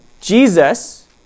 Jesus